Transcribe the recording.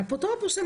האפוטרופוס הכללי,